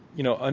you know, and